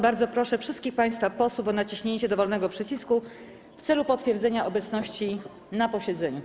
Bardzo proszę wszystkich państwa posłów o naciśnięcie dowolnego przycisku w celu potwierdzenia obecności na posiedzeniu.